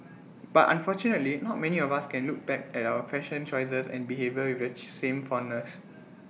but unfortunately not many of us can look back at our fashion choices and behaviour which same fondness